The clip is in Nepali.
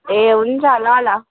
ए हुन्छ ल ल